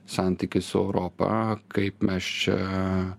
santykį su europa kaip mes čia